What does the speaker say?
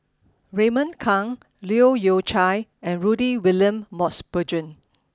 Raymond Kang Leu Yew Chye and Rudy William Mosbergen